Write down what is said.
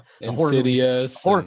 Insidious